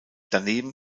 daneben